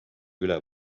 üle